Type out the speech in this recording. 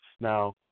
Now